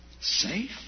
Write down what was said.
Safe